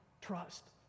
trust